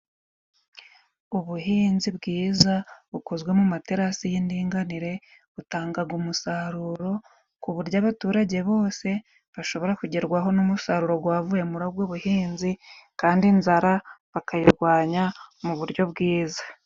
Ubuhinzi bwiza bukozwe mu materasi y'indinganire butangaga umusaruro, ku buryo abaturage bose bashobora kugerwaho n'umusaruro gwavuye muri ubwo buhinzi kandi inzara bakayirwanya mu buryo bwiza.